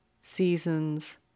seasons